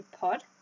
pod